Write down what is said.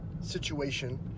situation